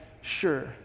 sure